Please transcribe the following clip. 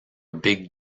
big